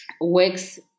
works